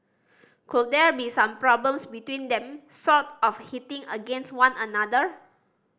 could there be some problems between them sort of hitting against one another